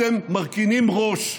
אתם מרכינים ראש.